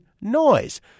noise